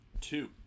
Two